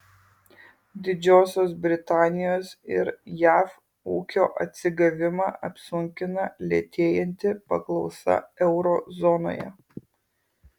didžiosios britanijos ir jav ūkio atsigavimą apsunkina lėtėjanti paklausa euro zonoje